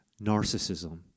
narcissism